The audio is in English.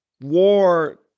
war